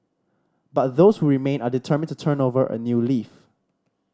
but those who remain are determined to turn over a new leaf